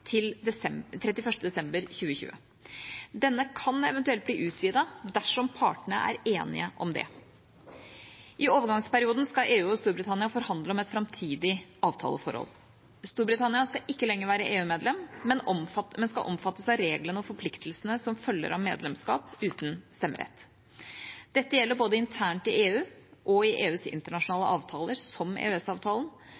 til 31. desember 2020. Denne kan eventuelt bli utvidet dersom partene er enige om det. I overgangsperioden skal EU og Storbritannia forhandle om et framtidig avtaleforhold. Storbritannia skal ikke lenger være EU-medlem, men skal omfattes av reglene og forpliktelsene som følger av medlemskap uten stemmerett. Dette gjelder både internt i EU og i EUs